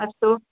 अस्तु